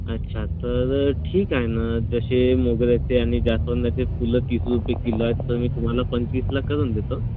अच्छा तर ठीक आहे ना जसे मोगऱ्याचे आणि जास्वंदाचे फुलं तीस रुपये किलो आहेत तर मी तुम्हाला पंचवीसला करून देतो